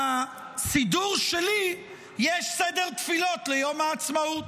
בסידור שלי יש סדר תפילות ליום העצמאות.